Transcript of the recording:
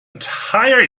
entire